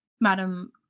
Madam